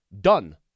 Done